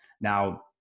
Now